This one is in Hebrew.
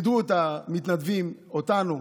מידרו את המתנדבים, אותנו,